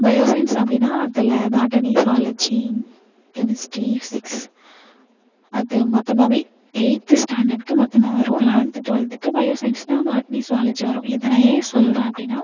bioscience அப்படின்னா அதில் botany zoology chemistry physics அது மொத்தமாகவே எய்த்து ஸ்டாண்டர்ட்டுக்கு மொத்தமாக வரும் லவென்த்து ட்வெல்த்துக்கு பயோசயின்ஸ் தான் பாட்னி ஸ்வாலஜி வரும் இதை நான் ஏன் சொல்கிறேன் அப்படின்னா